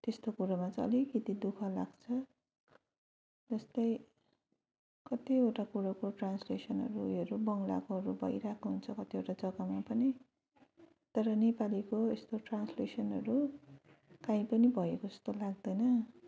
त्यस्तो कुरामा चाहिँ अलिकति दुःख लाग्छ जस्तै कतिवटा कुरोको ट्रान्सलेसनहरू बङ्गलाकोहरू भइरहेको हुन्छ कतिवटा जगामा पनि तर नेपालीको यस्तो ट्रान्सलेसनहरू काहीँ पनि भएको जस्तो लाग्दैन